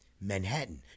Manhattan